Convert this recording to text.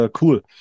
cool